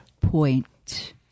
point